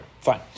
Fine